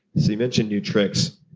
so you mentioned new tricks,